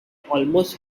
almost